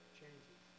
changes